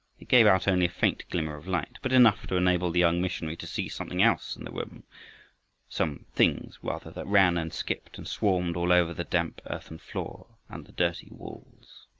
it gave out only a faint glimmer of light, but enough to enable the young missionary to see something else in the room some things rather, that ran and skipped and swarmed all over the damp earthen floor and the dirty walls.